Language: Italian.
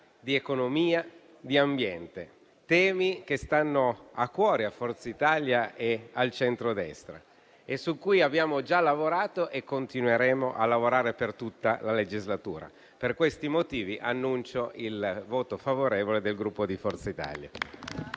di economia, di ambiente; temi che stanno a cuore a Forza Italia e al centrodestra e su cui abbiamo già lavorato e continueremo a lavorare per tutta la legislatura. Per questi motivi annuncio il voto favorevole del Gruppo Forza Italia.